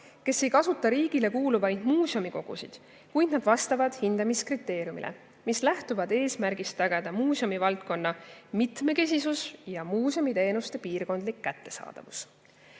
kes ei kasuta riigile kuuluvaid muuseumikogusid, kuid need vastavad hindamiskriteeriumidele, mis lähtuvad eesmärgist tagada muuseumivaldkonna mitmekesisus ja muuseumiteenuste piirkondlik kättesaadavus.